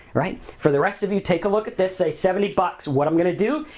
right, for the rest of you, take a look at this. say seventy bucks, what i'm gonna do,